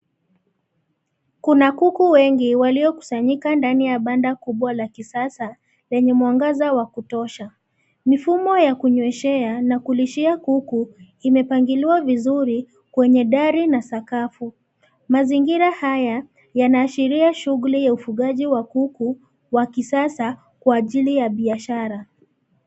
Kuna kuku wengi, waliokusanyika ndani ya banda kubwa la kisasa, lenye mwangaza wa kutosha. Mifumo ya kunyweshea, na kulishia kuku, imepangiliwa vizuri, kwenye dari na sakafu. Mazingira haya, yanaashiria shughuli ya ufugaji wa kuku, wa kisasa, kwa ajili ya biashara.